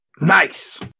Nice